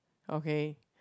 okay